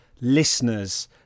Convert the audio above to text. listeners